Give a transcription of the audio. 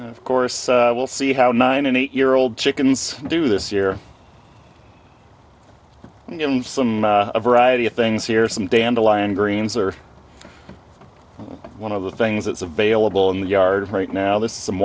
of course we'll see how nine an eight year old chickens do this year and some a variety of things here some dandelion greens or one of the things that's available in the yard right now there's some